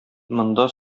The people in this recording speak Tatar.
монда